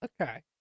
okay